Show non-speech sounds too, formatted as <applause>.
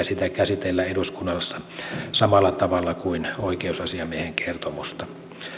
<unintelligible> sitä käsitellä eduskunnassa samalla tavalla kuin oikeusasiamiehen kertomusta